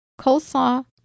coleslaw